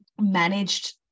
managed